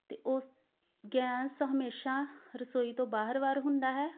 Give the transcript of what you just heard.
ਅਤੇ ਉਸ ਗੈਸ ਹਮੇਸ਼ਾ ਰਸੋਈ ਤੋਂ ਬਾਹਰਵਾਰ ਹੁੰਦਾ ਹੈ